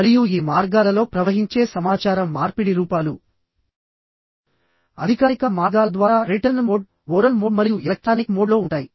మరియు ఈ మార్గాలలో ప్రవహించే సమాచార మార్పిడి రూపాలు అధికారిక మార్గాల ద్వారా రిటర్న్ మోడ్ ఓరల్ మోడ్ మరియు ఎలక్ట్రానిక్ మోడ్లో ఉంటాయి